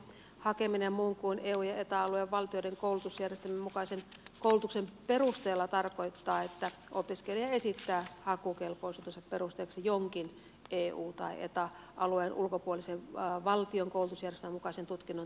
hakeminen muun kuin eu ja eta alueen valtioiden koulutusjärjestelmän mukaisen koulutuksen perusteella tarkoittaa että opiskelija esittää hakukelpoisuutensa perusteeksi jonkin eu tai eta alueen ulkopuolisen valtion koulutusjärjestelmän mukaisen tutkinnon tai opintoja